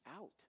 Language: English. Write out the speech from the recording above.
out